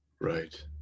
Right